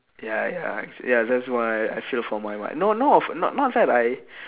ya ya ya that's why I should for my mind no no of~ not not that I